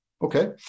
Okay